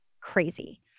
crazy